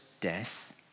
death